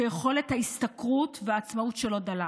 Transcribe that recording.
שיכולת ההשתכרות והעצמאות שלו דלה.